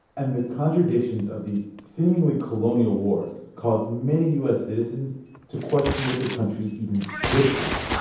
and the contradictions of these seemingly colonial wars caused many u s. citizens to question what the country even stood for.